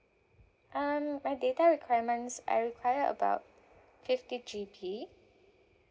um my data requirements I require about fifty G_B